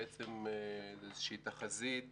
שהיא תחזית